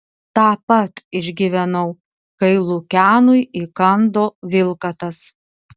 tą pat išgyvenau kai lukianui įkando vilkatas